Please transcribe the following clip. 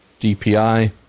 DPI